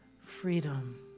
freedom